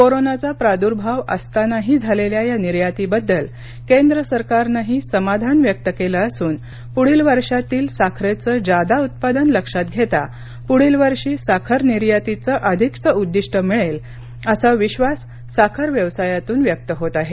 कोरोनाचा प्रादुर्भाव असतानाही झालेल्या या निर्यातीबद्दल केंद्र सरकारनंही समाधान व्यक्त केलं असून पुढील वर्षातील साखरेचं जादा उत्पादन लक्षात घेता पुढील वर्षी साखर निर्यातीचं अधिकचं उद्दिष्ट मिळेल असा विद्वास साखर व्यवसायातून व्यक्त होत आहे